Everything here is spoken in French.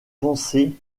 pensées